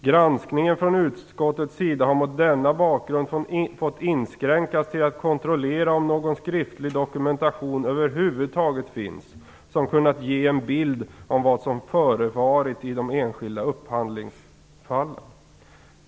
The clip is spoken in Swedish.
Granskningen från utskottets sida har mot denna bakgrund fått inskränkas till att kontrollera om någon skriftlig dokumentation över huvud taget finns som kunnat ge en bild av vad som förevarit i de enskilda upphandlingsfallen.